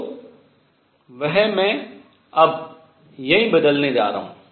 तो वह मैं अब यहीं बदलने जा रहा हूँ